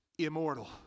Immortal